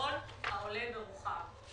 ככל העולה על רוחם.